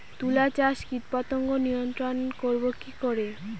তুলা চাষে কীটপতঙ্গ নিয়ন্ত্রণর করব কি করে?